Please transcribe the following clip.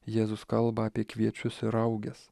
jėzus kalba apie kviečius ir rauges